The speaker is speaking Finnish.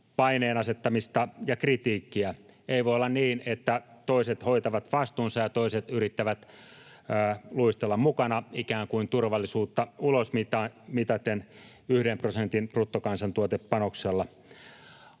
paineen asettamista ja kritiikkiä. Ei voi olla niin, että toiset hoitavat vastuunsa ja toiset yrittävät luistella mukana ikään kuin turvallisuutta ulosmitaten yhden prosentin bruttokansantuotepanoksella.